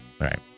right